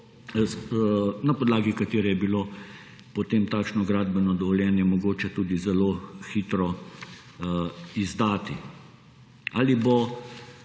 na podlagi katere je bilo potem takšno gradbeno dovoljenje mogoče tudi zelo hitro izdati. Ali bo